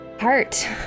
heart